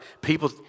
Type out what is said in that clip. People